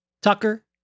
Tucker